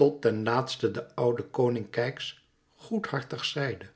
tot ten laatste de oude koning keyx goedhartig zeide